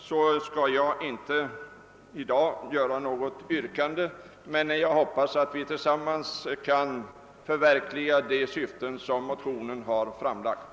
Jag skall därför inte i dag framställa något yrkande, men jag hoppas att vi tillsammans skall kunna förverkliga motionernas syfte.